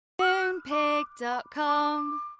Moonpig.com